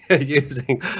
using